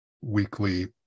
weekly